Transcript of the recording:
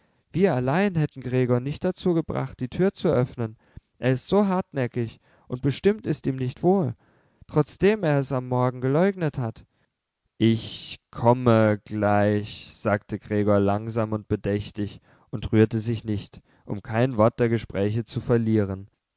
wir allein hätten gregor nicht dazu gebracht die tür zu öffnen er ist so hartnäckig und bestimmt ist ihm nicht wohl trotzdem er es am morgen geleugnet hat ich komme gleich sagte gregor langsam und bedächtig und rührte sich nicht um kein wort der gespräche zu verlieren